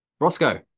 Roscoe